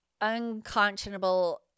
unconscionable